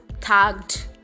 tagged